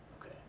okay